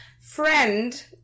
Friend